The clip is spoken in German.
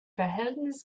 verhältnis